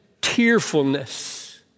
tearfulness